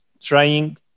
trying